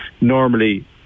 Normally